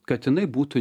kad jinai būtų